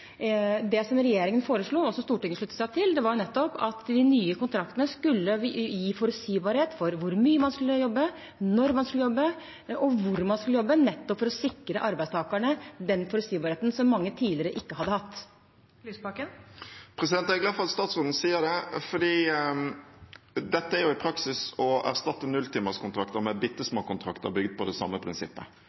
Stortinget sluttet seg til, var nettopp at de nye kontraktene skulle gi forutsigbarhet for hvor mye man skulle jobbe, når man skulle jobbe, og hvor man skulle jobbe, nettopp for å sikre arbeidstakerne den forutsigbarheten som mange tidligere ikke hadde hatt. Audun Lysbakken – til oppfølgingsspørsmål. Jeg er glad for at statsråden sier det, for dette er i praksis å erstatte nulltimerskontrakter med bittesmå kontrakter bygget på det samme prinsippet.